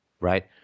Right